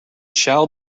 shall